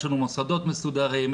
יש לנו מוסדות מסודרים,